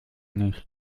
nicht